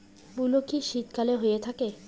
মূলো কি শীতকালে হয়ে থাকে?